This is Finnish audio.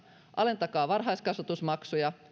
alentakaa varhaiskasvatusmaksuja